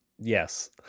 Yes